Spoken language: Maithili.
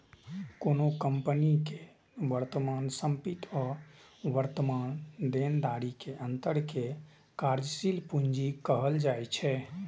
कोनो कंपनी के वर्तमान संपत्ति आ वर्तमान देनदारी के अंतर कें कार्यशील पूंजी कहल जाइ छै